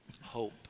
hope